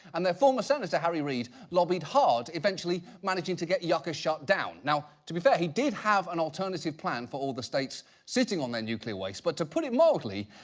and their former senator, harry reed, lobbied hard, eventually managing to get yucca shot down. now, to be fair, he did have an alternative plan for all the states sitting on their nuclear waste, but to put it mildly,